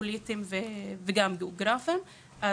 פוליטיים וגיאוגרפיים שצריכים להילקח בחשבון.